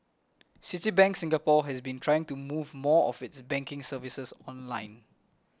Citibank Singapore has been trying to move more of its banking services online